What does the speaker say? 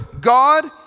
God